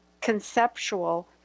conceptual